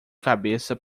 cabeça